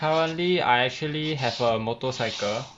currently I actually have a motorcycle